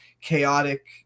chaotic